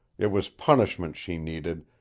it was punishment she needed,